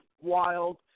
wild